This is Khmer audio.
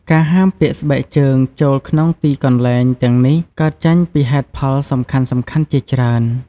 ការហាមពាក់ស្បែកជើងចូលក្នុងទីកន្លែងទាំងនេះ កើតចេញពីហេតុផលសំខាន់ៗជាច្រើន។